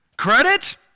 Credit